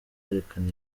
yerekana